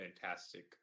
fantastic